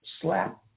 slap